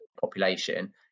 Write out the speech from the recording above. population